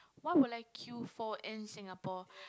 why would I queue for in Singapore